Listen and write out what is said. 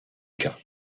lucas